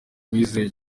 uwizeye